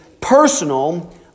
personal